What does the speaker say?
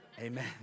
amen